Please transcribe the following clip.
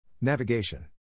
Navigation